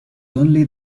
only